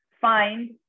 find